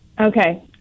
Okay